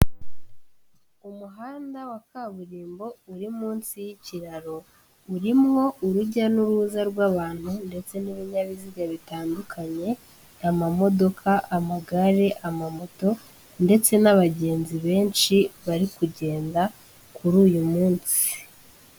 Umuhanda wa kaburimbo uri munsi y'ikiraro, urimwo urujya n'uruza rw'abantu ndetse n'ibinyabiziga bitandukanye, amamodoka, amagare, amamoto, ndetse n'abagenzi benshi bari kugenda kuri uyu munsi.